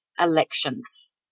elections